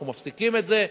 אנחנו מפסיקים את זה.